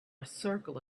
circle